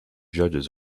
judges